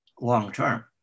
long-term